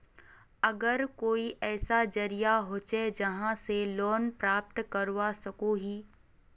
आर कोई ऐसा जरिया होचे जहा से लोन प्राप्त करवा सकोहो ही?